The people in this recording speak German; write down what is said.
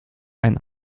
ein